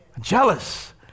Jealous